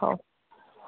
ହଉ